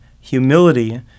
humility